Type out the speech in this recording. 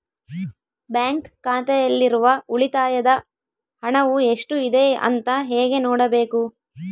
Bank ಖಾತೆಯಲ್ಲಿರುವ ಉಳಿತಾಯ ಹಣವು ಎಷ್ಟುಇದೆ ಅಂತ ಹೇಗೆ ನೋಡಬೇಕು?